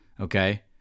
Okay